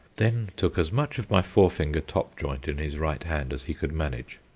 then took as much of my forefinger top joint in his right hand as he could manage,